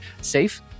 safe